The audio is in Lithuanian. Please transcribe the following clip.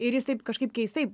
ir jis taip kažkaip keistai